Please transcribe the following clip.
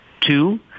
Two